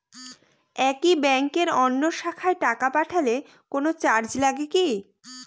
একই ব্যাংকের অন্য শাখায় টাকা পাঠালে কোন চার্জ লাগে কি?